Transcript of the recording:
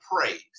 praise